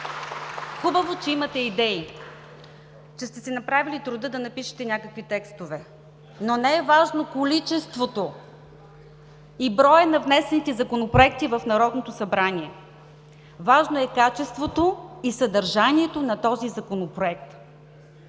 Хубаво е, че имате идеи, че сте си направили труда да напишете някакви текстове. Не е важно обаче количеството и броят на внесените законопроекти в Народното събрание, важно е качеството и съдържанието на този Законопроект.